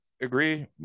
agree